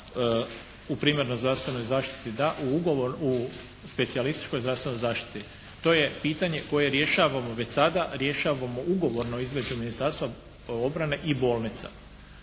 U primarnoj zdravstvenoj zaštiti da, u ugovor u specijalističkoj zdravstvenoj zaštiti. To je pitanje koje rješavamo već sada, rješavamo ugovorno između Ministarstva obrane i bolnica.